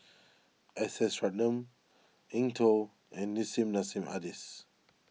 S S Ratnam Eng Tow and Nissim Nassim Adis